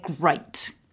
great